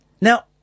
Now